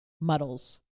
muddles